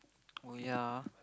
oh ya ah